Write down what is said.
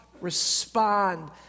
respond